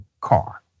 car